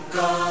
go